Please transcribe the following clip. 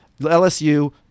LSU